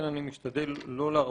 איתן, זה לא הכי פופולרי